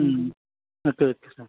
okay